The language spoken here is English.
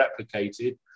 replicated